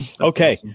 Okay